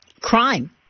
crime